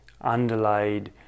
underlaid